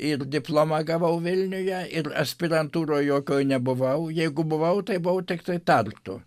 ir diplomą gavau vilniuje ir aspirantūroj jokioj nebuvau jeigu buvau tai buvau tiktai tartu